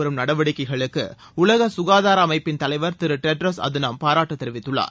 வரும் நடவடிக்கைகளுக்கு உலக சுகாதார அமைப்பின் தலைவர் திரு டெட்ராஸ் அட்தனோன் பாராட்டு தெரிவித்துள்ளார்